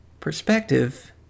Perspective